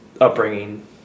upbringing